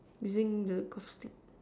using the golf stick